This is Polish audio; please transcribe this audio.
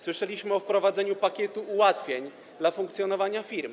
Słyszeliśmy o wprowadzeniu pakietu ułatwień w funkcjonowaniu firm.